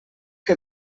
que